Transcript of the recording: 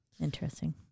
Interesting